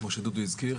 כמו שדודו הזכיר,